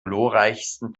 glorreichsten